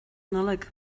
nollag